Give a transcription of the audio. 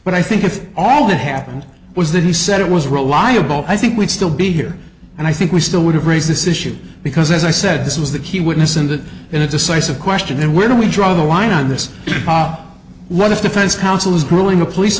but i think if all that happened was that he said it was reliable i think we'd still be here and i think we still would have raised this issue because as i said this was the key witness in the in the decisive question where do we draw the line on this let us defense counsel is grilling a police